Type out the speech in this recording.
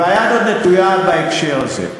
היד עוד נטויה בהקשר הזה.